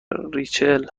ریچل